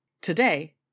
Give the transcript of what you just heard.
Today